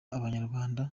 abanyarwanda